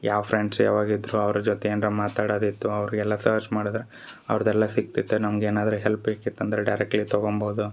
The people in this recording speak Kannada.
ಯಾವ ಫ್ರೆಂಡ್ಸ್ ಯಾವಾಗ ಇದ್ದರೂ ಅವ್ರ ಜೊತೆ ಏನ್ರ ಮಾತಾಡದು ಇತ್ತು ಅವರಿಗೆಲ್ಲ ಸರ್ಚ್ ಮಾಡದ್ರ ಅವ್ರ್ದೆಲ್ಲ ಸಿಕ್ತಿತ್ತ ನಮ್ಗೆ ಏನಾದ್ರು ಹೆಲ್ಪ್ ಬೇಕಿತ್ತು ಅಂದ್ರೆ ಡೈರೆಕ್ಟ್ಲಿ ತಗೊಬೋದು